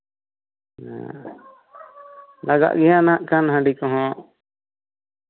ᱞᱟᱜᱟᱜ ᱜᱮᱭᱟ ᱱᱟᱜ ᱠᱷᱟᱱ ᱦᱟᱸᱹᱰᱤ ᱠᱚᱸᱦᱚ